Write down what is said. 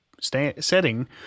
setting